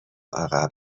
عقب